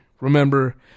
remember